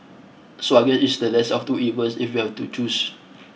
so I guess it's the lesser of two evils if you have to choose